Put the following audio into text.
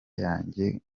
yanjye